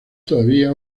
todavía